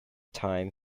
time